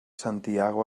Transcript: santiago